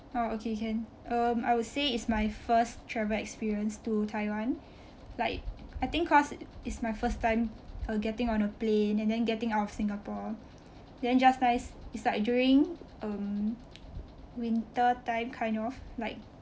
orh okay can um I would say it's my first travel experience to Taiwan like I think cause it's my first time uh getting on a plane and then getting out of Singapore then just nice it's like during um winter time kind of like